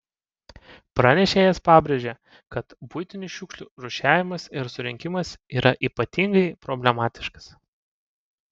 pranešėjas pabrėžė kad buitinių šiukšlių rūšiavimas ir surinkimas yra ypatingai problematiškas